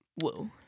whoa